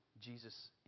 Jesus